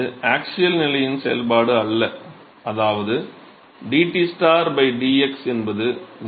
இது ஆக்ஸியல் நிலையின் செயல்பாடு அல்ல அதாவது dT dx என்பது 0 ஆகும்